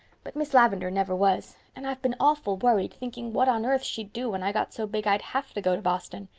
but miss lavendar never was. and i've been awful worried, thinking what on earth she'd do when i got so big i'd have to go to boston.